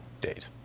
date